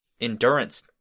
endurance